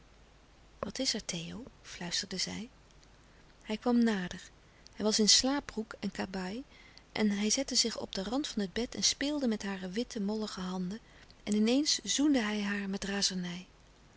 wat is er theo fluisterde zij hij kwam nader hij was in slaapbroek en kabaai en hij zette zich op den rand van het bed en speelde met hare witte mollige handen en in eens zoende hij haar met razernij